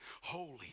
holy